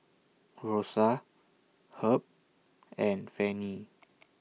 Rosa Herb and Fannie